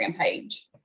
page